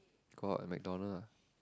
got McDonald